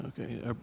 Okay